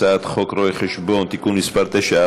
הצעת חוק רואי-חשבון (תיקון מס' 9),